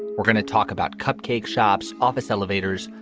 we're going to talk about cupcake shops, office elevators,